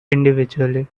individually